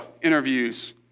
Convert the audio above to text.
interviews